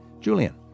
Julian